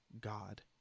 God